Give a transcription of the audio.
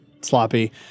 sloppy